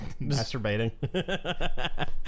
masturbating